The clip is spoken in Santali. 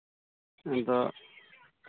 ᱟᱫᱚ